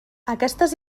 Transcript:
aquestes